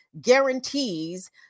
guarantees